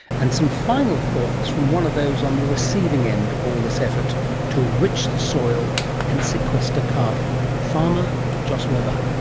and some final thoughts from one of those on the receiving end of all this effort to enrich the soil and sequester carbon, farmer jos webber.